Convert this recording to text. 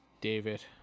David